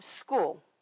school